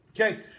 Okay